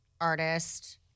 artist